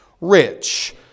rich